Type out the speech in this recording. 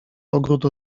ogród